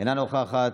אינה נוכחת.